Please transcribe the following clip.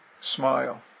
Smile